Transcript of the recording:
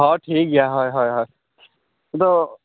ᱦᱚᱸ ᱴᱷᱤᱠ ᱜᱮᱭᱟ ᱦᱳᱭ ᱦᱳᱭ ᱦᱳᱭ ᱟᱫᱚ